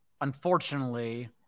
Unfortunately